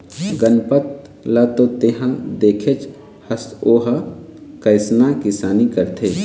गनपत ल तो तेंहा देखेच हस ओ ह कइसना किसानी करथे